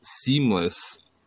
seamless